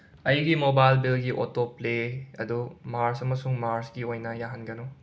ꯑꯩꯒꯤ ꯃꯣꯕꯥꯏꯜ ꯕꯤꯜꯒꯤ ꯑꯣꯇꯣꯄ꯭ꯂꯦ ꯑꯗꯨ ꯃꯥꯔꯆ ꯑꯃꯁꯨꯡ ꯃꯥꯔꯆꯀꯤ ꯑꯣꯏꯅ ꯌꯥꯍꯟꯒꯅꯨ